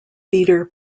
theatre